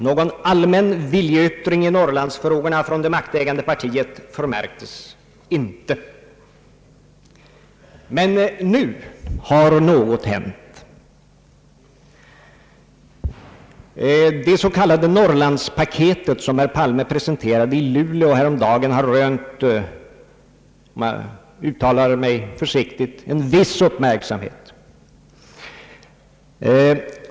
Någon allmän viljeyttring i Norrlandsfrågorna från det maktägande partiet förmärktes inte. Men nu har något hänt. Det s.k. Norrlandspaketet, som herr Palme presenterade i Luleå häromdagen, har rönt — om jag uttalar mig försiktigt — viss uppmärksamhet.